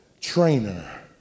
trainer